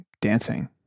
dancing